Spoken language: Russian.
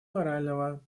морального